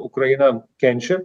ukraina kenčia